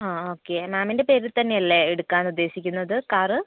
ആ ആ ഓക്കെ മാമിൻ്റെ പേരിൽ തന്നെയല്ലേ എടുക്കാൻ ഉദ്ദേശിക്കുന്നത് കാർ